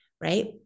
right